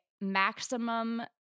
maximum